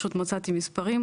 פשוט מצאתי מספרים,